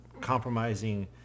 compromising